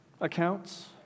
accounts